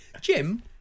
Jim